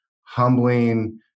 humbling